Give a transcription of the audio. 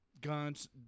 guns